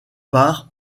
par